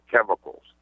chemicals